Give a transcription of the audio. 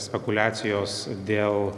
spekuliacijos dėl